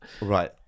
right